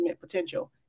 potential